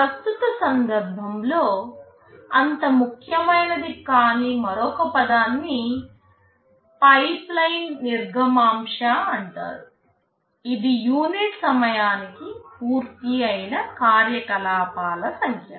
ప్రస్తుత సందర్భంలో అంత ముఖ్యమైనది కాని మరొక పదాన్ని పైప్లైన్ నిర్గమాంశ అంటారు ఇది యూనిట్ సమయానికి పూర్తయిన కార్యకలాపాల సంఖ్య